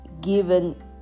given